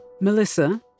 Melissa